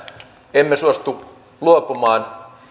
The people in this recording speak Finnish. emme suostu luopumaan